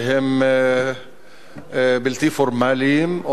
שהם בלתי פורמליים,